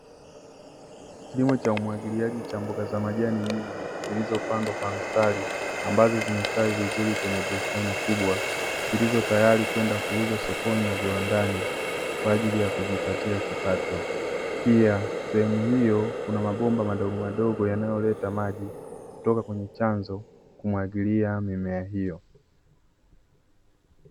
Kilimo cha umwagiliaji cha mboga za majani nyingi zilizopandwa kwa mstari, ambazo zimestawi vizuri kwenye bustani kubwa, zilizo tayari kwenda kuuzwa sokoni na viwandani kwa ajili ya kujipatia kipato. Pia sehemu hiyo kuna mabomba madogo madogo yanayoleta maji kutoka kwenye chanzo kumwagilia mimea hiyo.